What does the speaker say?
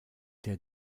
der